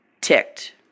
ticked